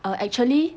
err actually